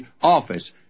office